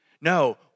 No